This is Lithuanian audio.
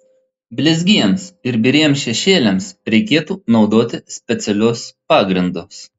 blizgiems ir biriems šešėliams reikėtų naudoti specialius pagrindus